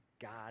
God